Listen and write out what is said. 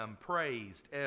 praised